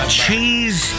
cheese